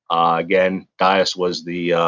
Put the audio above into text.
again, dyess was the,